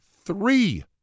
three